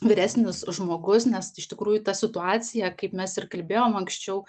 vyresnis žmogus nes iš tikrųjų ta situacija kaip mes ir kalbėjom anksčiau